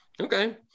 Okay